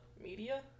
media